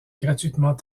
gratuitement